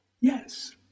Yes